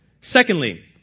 Secondly